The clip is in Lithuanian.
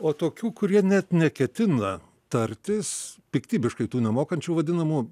o tokių kurie net neketina tartis piktybiškai tų nemokančių vadinamų